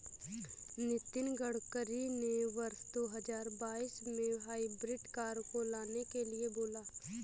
नितिन गडकरी ने वर्ष दो हजार बाईस में हाइब्रिड कार को लाने के लिए बोला